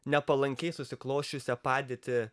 nepalankiai susiklosčiusią padėtį